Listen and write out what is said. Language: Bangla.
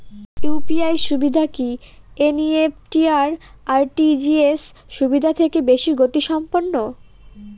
ইউ.পি.আই সুবিধা কি এন.ই.এফ.টি আর আর.টি.জি.এস সুবিধা থেকে বেশি গতিসম্পন্ন?